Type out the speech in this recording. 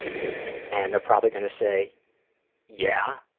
and they're probably gonna say yeah.